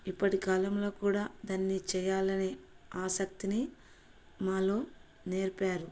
ఇప్పటి కాలంలో కూడా దాన్ని చేయాలనే ఆసక్తిని మాలో నేర్పారు